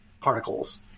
particles